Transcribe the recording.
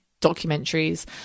documentaries